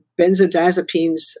benzodiazepines